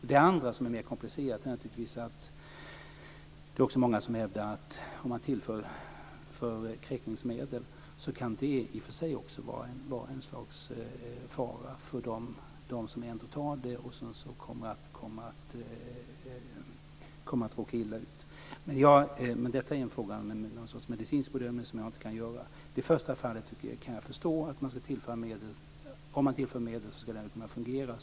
En annan sak som är mer komplicerad är att det kan ligga en fara i att tillföra kräkmedel, en fara för dem som ändå tar medlet och kommer att råka illa ut. Det är många som hävdar det. Det är en medicinsk bedömning som inte jag kan göra. Jag kan förstå det som jag nämnde först, nämligen att det ska kunna fungera som rengöringsmedel om man tillför medel.